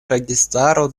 registaro